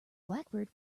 blackbird